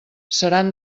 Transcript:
seran